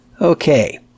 Okay